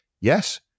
Yes